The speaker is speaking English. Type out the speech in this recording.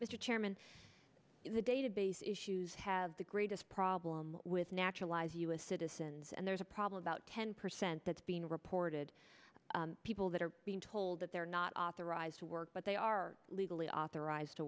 in the database issues have the greatest problem with naturalized u s citizens and there's a problem about ten percent that's being reported people that are being told that they're not authorized to work but they are legally authorized to